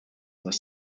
were